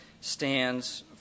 stands